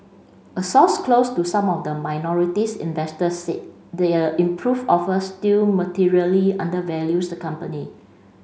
a source close to some of the minorities investors said the improved offer still materially undervalues the company